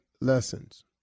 lessons